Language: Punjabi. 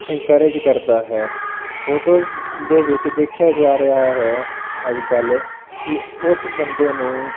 ਇਨਕਰੇਜ ਕਰਦਾ ਹੈ ਫੋਟੋ ਦੇ ਵਿੱਚ ਦੇਖਿਆ ਜਾ ਰਿਹਾ ਹੈ ਅੱਜ ਕੱਲ੍ਹ ਕਿ ਉਸ ਬੰਦੇ ਨੂੰ